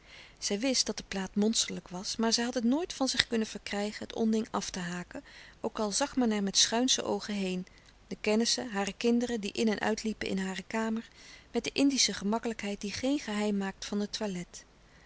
zij wist dat de plaat monsterlijk was maar zij had het nooit van zich kunnen verkrijgen het onding af te haken ook al zag men er met schuinsche oogen heen de kennissen hare kinderen die in en uitliepen in hare kamer met de indische gemakkelijkheid die geen geheim maakt van het toilet